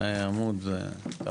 מהנתונים האלה 3133